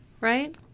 right